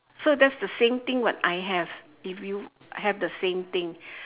so that's the same thing what I have if you have the same thing